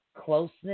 closeness